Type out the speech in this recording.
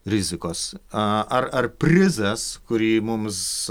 rizikos a ar prizas kurį mums